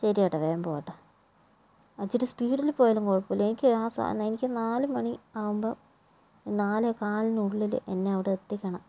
ശരി ഏട്ടാ വേഗം പോവാം എട്ടാ ഇച്ചിരി സ്പീഡിൽ പോയാലും കുഴപ്പമില്ല എനിക്ക് ആ സ എനിക്ക് നാല് മണി ആവുമ്പോൾ നാലേ കാലിനുള്ളിൽ എന്നെ അവിടെ എത്തിക്കണം